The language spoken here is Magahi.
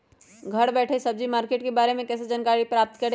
घर बैठे सब्जी मार्केट के बारे में कैसे जानकारी प्राप्त करें?